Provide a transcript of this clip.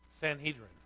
Sanhedrin